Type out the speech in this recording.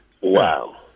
Wow